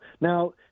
Now